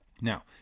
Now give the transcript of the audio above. Now